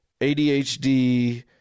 ADHD